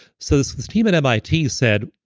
so this team at mit said,